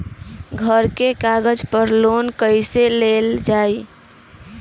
घर के कागज पर लोन कईसे लेल जाई?